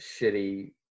shitty